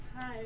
hi